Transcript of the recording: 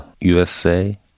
USA